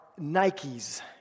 Nikes